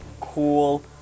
cool